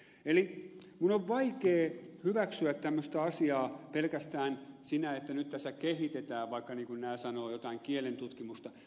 eli minun on vaikea hyväksyä tämmöistä asiaa pelkästään sinä että nyt tässä kehitetään vaikka niin kuin nämä sanovat jotain kielentutkimusta